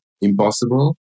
impossible